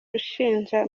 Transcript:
ushinja